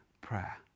prayer